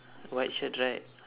white shirt right